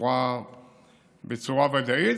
בצורה ודאית.